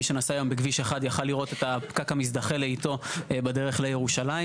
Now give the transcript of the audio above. מי שנסע היום בכביש 1 יכל לראות את הפקק המזדחל לאיטו בדרך לירושלים.